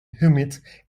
humid